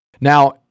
now